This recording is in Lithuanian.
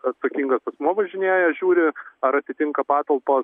atsakingas asmuo važinėja žiūri ar atitinka patalpos